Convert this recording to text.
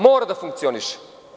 Mora da funkcioniše.